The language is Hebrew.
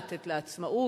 לתת לה עצמאות,